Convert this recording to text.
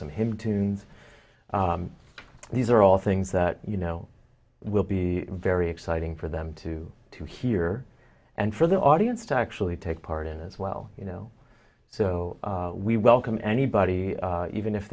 some him tunes these are all things that you know will be very exciting for them to to hear and for the audience to actually take part in as well you know so we welcome anybody even if